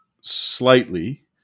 slightly